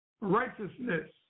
righteousness